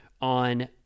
on